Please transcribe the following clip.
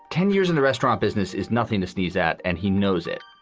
ten years in the restaurant business is nothing to sneeze at. and he knows it,